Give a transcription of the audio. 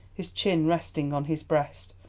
his chin resting on his breast,